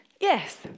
Yes